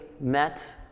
met